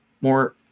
more